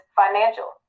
financial